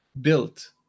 built